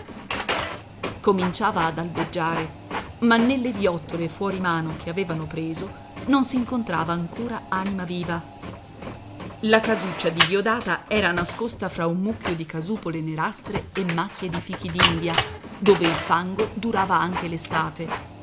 cominciava ad albeggiare ma nelle viottole fuori mano che avevano preso non s'incontrava ancora anima viva la casuccia di diodata era nascosta fra un mucchio di casupole nerastre e macchie di fichi d'india dove il fango durava anche